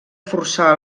forçar